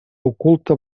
oculta